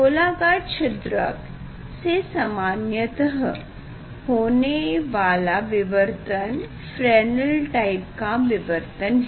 गोलाकार छिद्रक से समान्यतः होने वाला विवर्तन फ्रेनेल टाइप का विवर्तन है